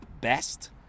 best